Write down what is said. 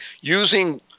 using